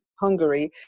hungary